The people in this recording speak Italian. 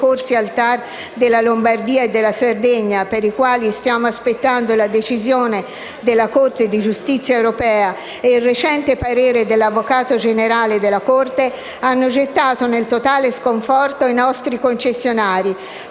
parere dell'Avvocato generale della Corte, hanno gettato nel totale sconforto i nostri concessionari,